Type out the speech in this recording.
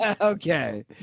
Okay